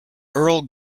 earl